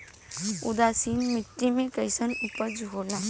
उदासीन मिट्टी में कईसन उपज होला?